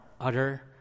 utter